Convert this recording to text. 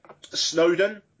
Snowden